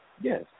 Yes